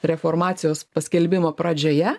reformacijos paskelbimo pradžioje